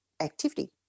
activity